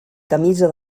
camisa